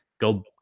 go